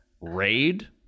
raid